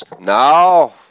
no